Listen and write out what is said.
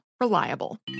reliable